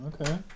Okay